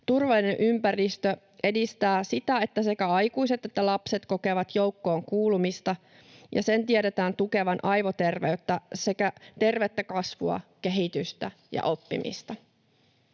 Turvallinen ympäristö edistää sitä, että sekä aikuiset että lapset kokevat joukkoon kuulumista, ja sen tiedetään tukevan aivoterveyttä sekä tervettä kasvua, kehitystä ja oppimista.